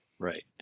Right